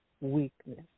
weakness